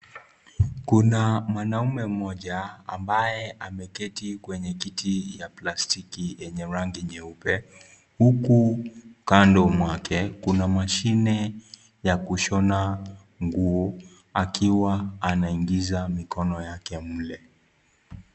Kuna mwanaume mmoja, ambaye ameketi kwenye kiti ya plastiki, yenye rangi nyeupe huku kando mwake kuna mashine ya kushona nguo, akiwa anaingiza mikono yake mle.